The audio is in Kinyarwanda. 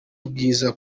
bwiza